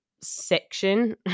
Section